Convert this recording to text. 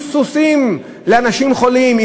באו עם סוסים לאנשים חולים,